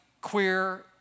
queer